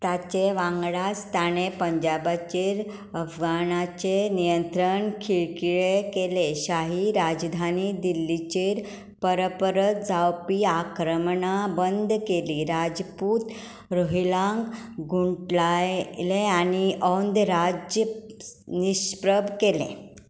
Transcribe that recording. ताचे वांगडाच ताणें पंजाबाचार अफगाणाचें नियंत्रण खिळखिळे केले शाही राजधानी दिल्लीचेर पर परत जावपी आक्रमणां बंद केलीं राजपूत रोहिलांक गुंठलायलें आनी ओंद राज्य निश्प्रत केलें